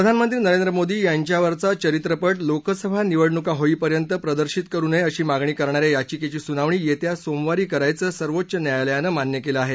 प्रधानमंत्री नरेंद्र मोदी यांच्यावरचा चरित्रपट लोकसभा निवडणुका होईपर्यंत प्रदर्शित करु नये अशी मागणी करणाऱ्या याचिकेची सुनावणी येत्या सोमवारी करायचं सर्वोच्च न्यायालयानं मान्य केलं आहे